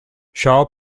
shaw